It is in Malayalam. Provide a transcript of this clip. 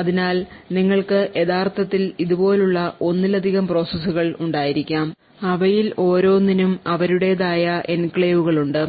അതിനാൽ നിങ്ങൾക്ക് യഥാർത്ഥത്തിൽ ഇതുപോലുള്ള ഒന്നിലധികം പ്രോസസ്സുകൾ ഉണ്ടായിരിക്കാം അവയിൽ ഓരോന്നിനും അവരുടേതായ എൻക്ലേവുകളുണ്ട്